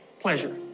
pleasure